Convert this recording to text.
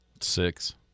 Six